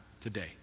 today